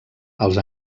els